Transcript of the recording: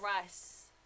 rice